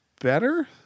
better